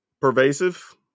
pervasive